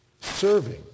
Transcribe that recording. Serving